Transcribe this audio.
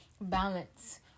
balance